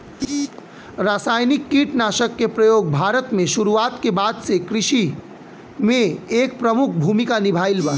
रासायनिक कीटनाशक के प्रयोग भारत में शुरुआत के बाद से कृषि में एक प्रमुख भूमिका निभाइले बा